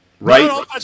Right